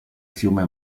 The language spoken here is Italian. fiume